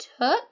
took